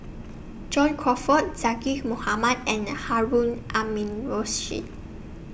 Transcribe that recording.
John Crawfurd Zaqy Mohamad and Harun